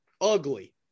ugly